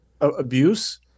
abuse